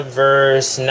verse